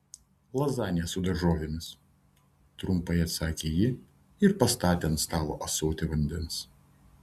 lazanija su daržovėmis trumpai atsakė ji ir pastatė ant stalo ąsotį vandens